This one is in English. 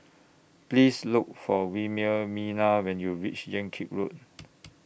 Please Look For Wilhelmina when YOU REACH Yan Kit Road